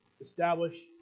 establish